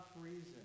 reason